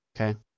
okay